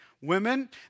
Women